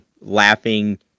laughing